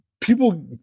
people